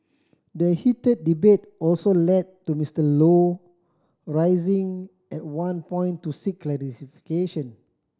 the heated debate also led to Mister Low rising at one point to seek